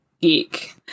geek